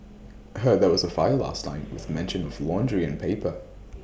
heard there was A fire last night with mention of laundry and paper